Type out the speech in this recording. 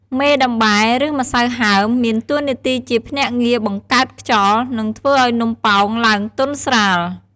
មេដំបែឬ ម្សៅហើម មានតួនាទីជាភ្នាក់ងារបង្កើតខ្យល់ និងធ្វើឱ្យនំប៉ោងឡើងទន់ស្រាល។